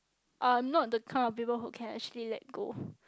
I am not the kind of people who can actually let go